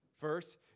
First